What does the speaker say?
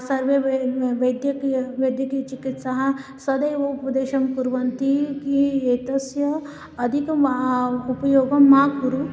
सर्वे वे वैद्यकीयाः वैद्यकीयचिकित्साः सदैव उपदेशं कुर्वन्ति किम् एतस्य अधिकम् उपयोगं मा कुरु